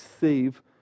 save